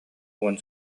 уон